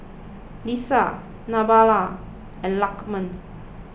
Lisa Nabila and Lukman